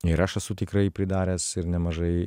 ir aš esu tikrai pridaręs ir nemažai